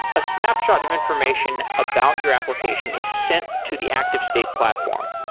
a snapshot of information about your application is sent to the activestate platform.